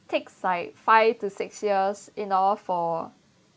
takes like five to six years in order for